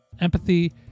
Empathy